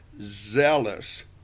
zealous